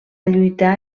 lluitar